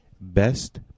Best